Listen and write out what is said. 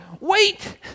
wait